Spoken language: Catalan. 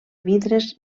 vidres